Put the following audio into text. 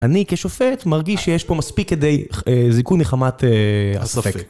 אני כשופט מרגיש שיש פה מספיק כדי זיכוי מחמת הספק.